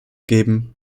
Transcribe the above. geben